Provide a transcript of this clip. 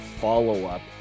follow-up